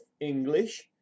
English